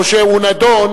או שהוא נידון,